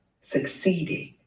Succeeded